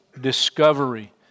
discovery